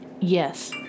Yes